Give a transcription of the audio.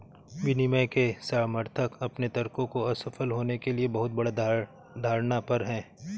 विनियमन के समर्थक अपने तर्कों को असफल होने के लिए बहुत बड़ा धारणा पर हैं